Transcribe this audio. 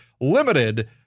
limited